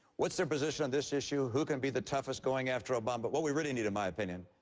what is their position on this issue? who can be the toughest going after obama? but what we really need, in my opinion,